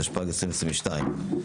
התשפ"ג-2022,